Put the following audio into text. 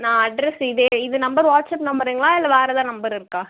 நான் அட்ரஸ் இதே இந்த நம்பர் வாட்ஸ்அப் நம்பருங்களா இல்லை வேறு எதாது நம்பர் இருக்கா